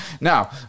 Now